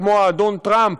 כמו האדון טראמפ,